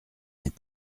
n’est